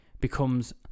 becomes